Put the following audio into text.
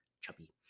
chubby